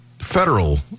federal